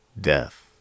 death